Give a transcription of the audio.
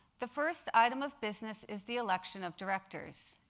the first item of business is the election of directors.